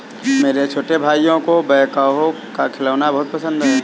मेरे छोटे भाइयों को बैकहो का खिलौना बहुत पसंद है